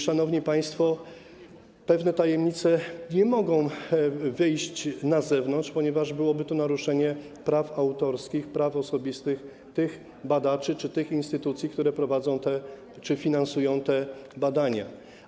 Szanowni państwo, pewne tajemnice nie mogą wyjść na zewnątrz, ponieważ byłoby to naruszenie praw autorskich, praw osobistych tych badaczy lub instytucji, które prowadzą czy finansują te badania.